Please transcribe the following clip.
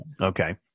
Okay